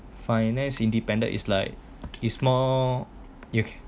finance independent is like is more you